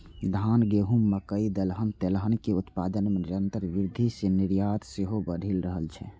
धान, गहूम, मकइ, दलहन, तेलहन के उत्पादन मे निरंतर वृद्धि सं निर्यात सेहो बढ़ि रहल छै